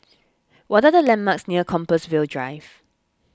what are the landmarks near Compassvale Drive